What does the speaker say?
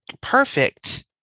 perfect